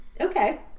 Okay